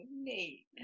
neat